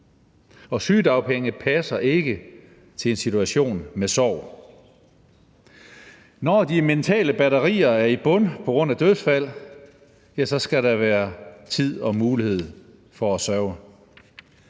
og sygedagpenge passer ikke til en situation med sorg. Når de mentale batterier er i bund på grund af dødsfald, ja, så skal der være tid og mulighed for at sørge.